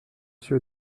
suis